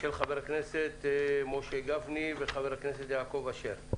של חבר הכנסת משה גפני וחבר הכנסת יעקב אשר.